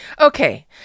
Okay